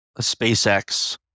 SpaceX